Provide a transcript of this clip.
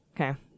Okay